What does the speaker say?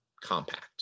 compact